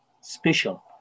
special